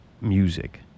music